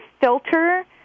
filter